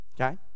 okay